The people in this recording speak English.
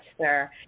sir